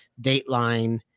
Dateline